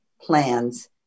plans